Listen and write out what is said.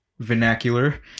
Vernacular